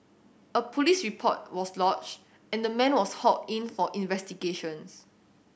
a police report was lodged and the man was hauled in for investigations